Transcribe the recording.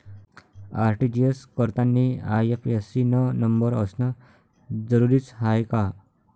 RTGS करतांनी IFSC न number असनं जरुरीच हाय का?